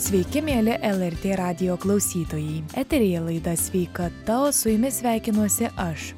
sveiki mieli lrt radijo klausytojai eteryje laida sveikata o su jumis sveikinuosi aš